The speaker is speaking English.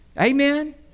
Amen